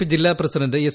P ജില്ലാപ്രസിഡന്റ് S